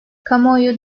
kamuoyu